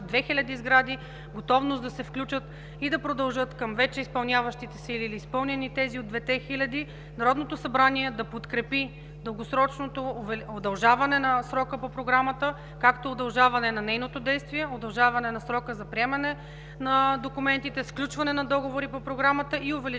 хиляди сгради с готовност да се включат и да продължат към вече изпълняващите се или изпълнени тези от двете хиляди, Народното събрание да подкрепи дългосрочното удължаване на срока по Програмата, както удължаване на нейното действие, удължаване на срока за приемане на документите, сключване на договори по Програмата и увеличаване